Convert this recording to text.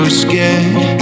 scared